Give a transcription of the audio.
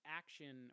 action